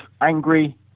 angry